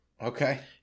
Okay